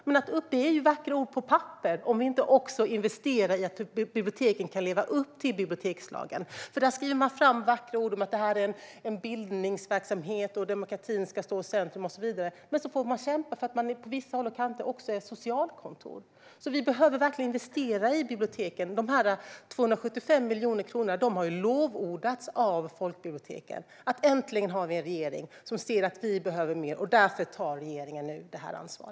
Men det är bara vackra ord på papper om vi inte investerar i att biblioteken kan leva upp till bibliotekslagen. Där står vackra ord om bildningsverksamhet och att demokratin ska stå i centrum, men på vissa håll får biblioteken kämpa för att de också fungerar som socialkontor. Vi behöver verkligen investera i biblioteken. De 275 miljonerna lovordas av folkbiblioteken: Äntligen har Sverige en regering som ser att vi behöver mer. Därför tar regeringen detta ansvar.